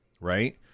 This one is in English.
right